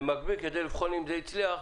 כדי לבחון אם זה הצליח,